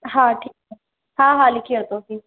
हा ठीकु आहे हा हा लिखी वरितोसीं